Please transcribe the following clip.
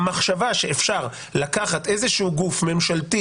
המחשבה שאפשר לקחת איזה שהוא גוף ממשלתי,